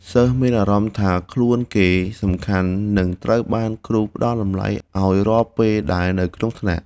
សិស្សមានអារម្មណ៍ថាខ្លួនគេសំខាន់និងត្រូវបានគ្រូផ្តល់តម្លៃឱ្យរាល់ពេលដែលនៅក្នុងថ្នាក់។